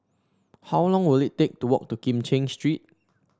how long will it take to walk to Kim Cheng Street